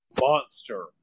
monster